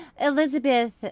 Elizabeth